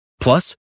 Plus